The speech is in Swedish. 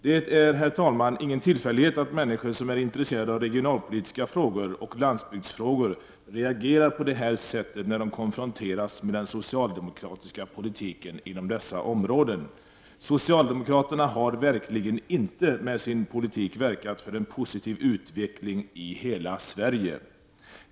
Det är, herr talman, ingen tillfällighet att människor som är intresserade av regionalpolitiska frågor och landsbygdsfrågor reagerar på detta sätt när de konfronteras med den socialdemokratiska politiken på dessa områden. Socialdemokraterna har verkligen inte med sin politik verkat för en positiv utveckling i hela Sverige.